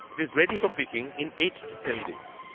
it is ready for picking in eight to ten days.